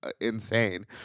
insane